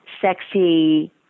sexy